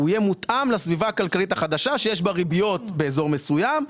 הוא יהיה מותאם לסביבה הכלכלית החדשה שיש בה ריביות באזור מסוים,